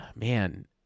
man